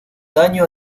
daño